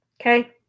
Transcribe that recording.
Okay